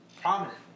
Prominent